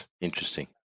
Interesting